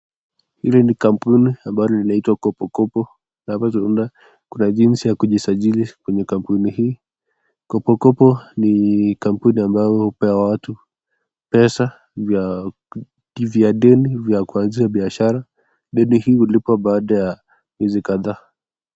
Hili ni kampuni ambalo linaitwa kopokopo. Tunavyozungumza, kuna jinsi ya kusajili kwenye kampuni hii. Kopokopo ni kampuni ambayo hupea watu pesa vya deni, vya kuanzisha biashara. Deni hii hulipwa baada ya miezi kadhaa.